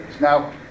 Now